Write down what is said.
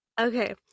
Okay